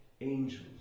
angels